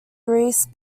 greece